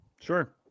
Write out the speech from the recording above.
Sure